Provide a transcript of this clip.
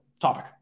topic